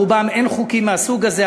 ברובן אין חוקים מהסוג הזה.